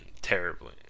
terribly